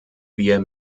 wir